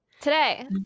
today